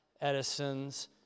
edison's